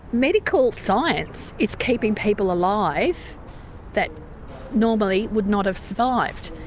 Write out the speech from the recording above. medical science is keeping people alive that normally would not have survived.